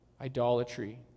idolatry